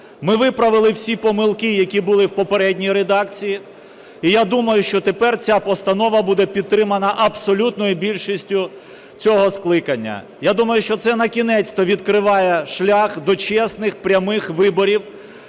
Ми виправили всі помилки, які були у попередній редакції, і, я думаю, що тепер ця постанова буде підтримана абсолютною більшістю цього скликання. Я думаю, що це накінець-то відкриває шлях до чесних, прямих виборів.